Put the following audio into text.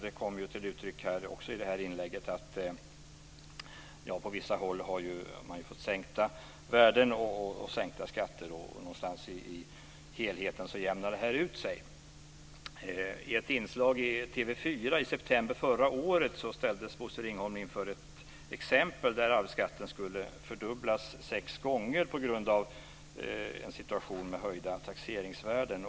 Det kom till uttryck också i det senaste inlägget att man på vissa håll har fått sänkta värden och sänkta skatter och att det någonstans i helheten jämnar ut sig. Bosse Ringholm inför ett exempel där arvsskatten skulle fördubblas sex gånger på grund av en situation med höjda taxeringsvärden.